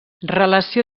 relació